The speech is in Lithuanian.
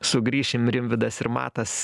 sugrįšim rimvydas ir matas